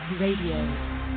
RADIO